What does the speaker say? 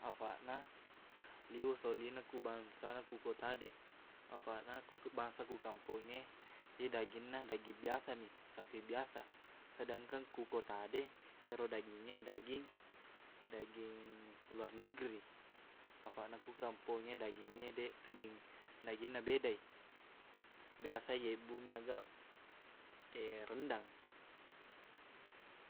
Afaqna, liweq soliqna ku bangsana ku kota de. Afaqna, ku- bangsa ku kampongnge, iye dagingna, daging biasami, safiq biasa. Sedangkan ku kota de, iyero dagingnge daging, daging luar negeri. Afaqna ku kampongnge, dagingngede daging naginna bedai. Biasa iyebbumi aga rendang.